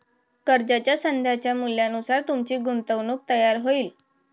कर्जाच्या सध्याच्या मूल्यानुसार तुमची गुंतवणूक तयार होईल